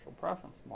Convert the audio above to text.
preference